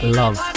love